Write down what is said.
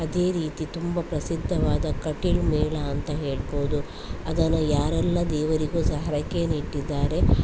ಅದೇ ರೀತಿ ತುಂಬ ಪ್ರಸಿದ್ಧವಾದ ಕಟೀಲು ಮೇಳ ಅಂತ ಹೇಳ್ಬೋದು ಅದನ್ನು ಯಾರೆಲ್ಲಾ ದೇವರಿಗು ಸಹ ಹರಕೆಯನ್ನು ಇಟ್ಟಿದ್ದಾರೆ